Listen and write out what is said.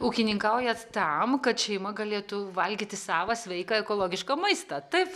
ūkininkaujat tam kad šeima galėtų valgyti savą sveiką ekologišką maistą taip